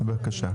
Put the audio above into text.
בבקשה.